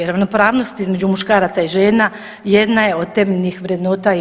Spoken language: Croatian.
Ravnopravnost između muškaraca i žena jedna je od temeljnih vrednota i EU.